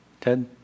Ted